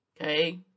okay